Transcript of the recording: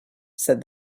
said